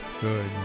Good